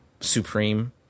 Supreme